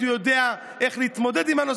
לא תמיד הוא יודע איך להתמודד עם הנושא.